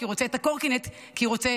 כי הוא רוצה את הקורקינט כי הוא רוצה